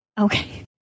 Okay